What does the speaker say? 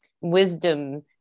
wisdom